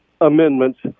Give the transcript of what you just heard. amendments